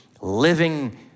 living